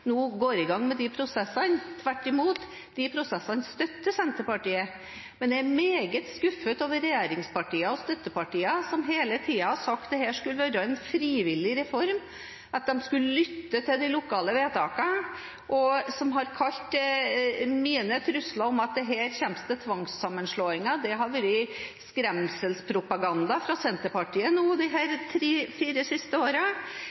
nå går i gang med disse prosessene. Tvert imot, de prosessene støtter Senterpartiet. Men jeg er meget skuffet over regjeringspartiene og støttepartiene, som hele tiden har sagt at dette skulle være en frivillig reform, og at de skulle lytte til de lokale vedtakene, og som de tre–fire siste årene har kalt mine trusler om at det kommer tvangssammenslåinger, skremselspropaganda fra Senterpartiet. Dessverre blir Senterpartiets skremselspropaganda vedtatt her